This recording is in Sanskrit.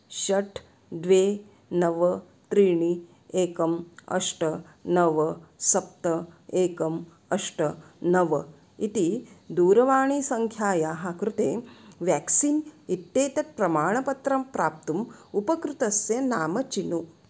षट् द्वे नव त्रीणि एकम् अष्ट नव सप्त एकम् अष्ट नव इति दूरवाणीसङ्ख्यायाः कृते व्याक्सीन् इत्येतत् प्रमाणपत्रं प्राप्तुम् उपकृतस्य नाम चिनु